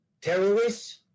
terrorists